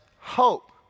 hope